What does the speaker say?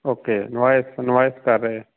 okay invoice invoice ਕਰ ਰਹੇ ਆ